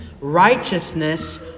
righteousness